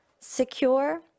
secure